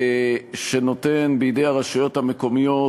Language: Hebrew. שנותן בידי הרשויות המקומיות,